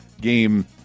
game